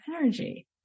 energy